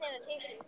sanitation